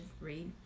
read